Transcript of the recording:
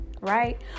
right